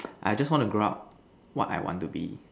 I just want to grow up what I want to be